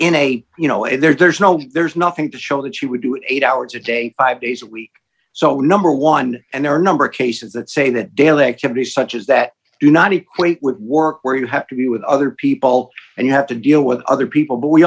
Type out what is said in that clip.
in a you know a there's no there's nothing to show that you would do eight hours a day five days a week so number one and there are number of cases that say that daily activities such as that do not equate with work where you have to be with other people and you have to deal with other people but we